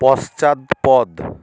পশ্চাৎপদ